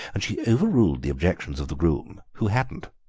and she overruled the objections of the groom, who hadn't.